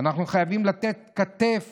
אנחנו חייבים לתת כתף